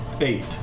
Eight